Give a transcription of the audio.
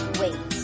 wait